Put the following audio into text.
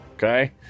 Okay